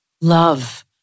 love